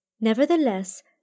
Nevertheless